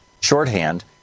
shorthand